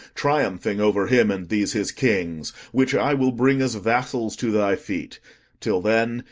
triumphing over him and these his kings, which i will bring as vassals to thy feet till then,